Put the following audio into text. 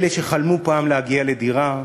אלה שחלמו פעם להגיע לדירה,